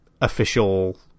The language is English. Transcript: official